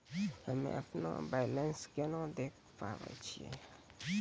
हम्मे अपनो बैलेंस केना देखे पारे छियै?